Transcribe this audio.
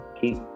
keep